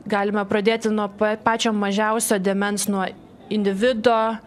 galime pradėti nuo pa pačio mažiausio dėmens nuo individo